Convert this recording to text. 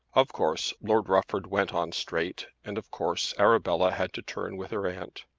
of course lord rufford went on straight and of course arabella had to turn with her aunt.